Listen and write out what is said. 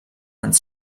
ans